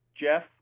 Jeff